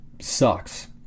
sucks